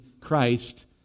Christ